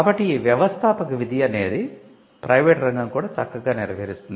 కాబట్టి ఈ వ్యవస్థాపక విధి అనేది ప్రైవేటు రంగం కూడా చక్కగా నెరవేరుస్తుంది